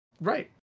Right